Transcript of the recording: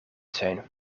zijn